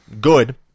good